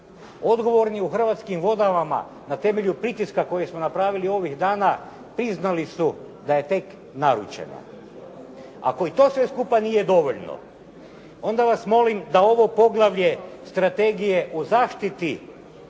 Odgovorni u Hrvatskim vodama na temelju pritiska koje smo napravili ovih dana priznali su da je tek naručena. Ako i to sve skupa nije dovoljno onda vas molim da ovo poglavlje Strategije o zaštiti